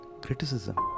criticism